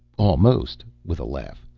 almost, with a laugh,